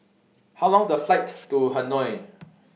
How Long IS The Flight to Hanoi